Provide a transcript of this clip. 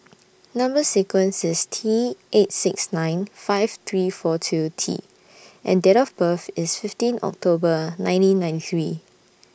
Number sequence IS T eight six nine five three four two T and Date of birth IS fifteen October nineteen ninety three